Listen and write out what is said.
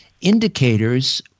indicators